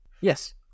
Yes